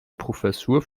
professur